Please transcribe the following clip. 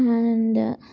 and